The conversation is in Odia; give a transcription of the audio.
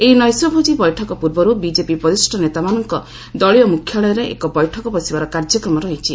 ଏହି ନୈଶ ଭୋଜି ବୈଠକ ପୂର୍ବରୁ ବିଜେପି ବରିଷ୍ଣ ନେତାମାନଙ୍କ ଦଳୀୟ ମୁଖ୍ୟାଳୟରେ ଏକ ବୈଠକ ବସିବାର କାର୍ଯ୍ୟକ୍ରମ ରହିଛି